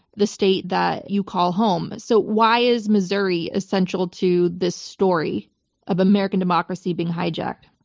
the state that you call home. so why is missouri essential to this story of american democracy being hijacked?